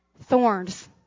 Thorns